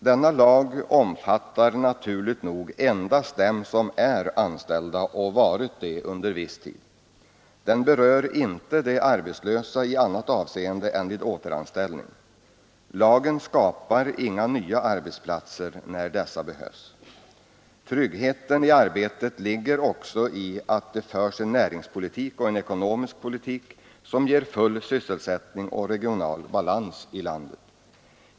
Denna lag omfattar naturligt nog endast dem som är anställda och varit det under viss tid. Den berör inte de arbetslösa i annat avseende än vid återanställning. Lagen skapar inga nya arbetsplatser när dessa behövs. Tryggheten i arbetet ligger också i att det förs en näringspolitik och en ekonomisk politik som ger full sysselsättning och regional balans i vårt land.